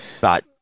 but-